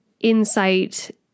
insight